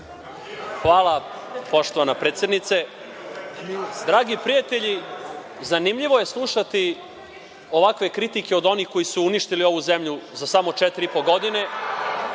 Hvala, poštovana predsednice. Dragi prijatelji, zanimljivo je slušati ovakve kritike od onih koji su uništili ovu zemlju za samo četiri